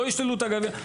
לא ישללו את הגביע.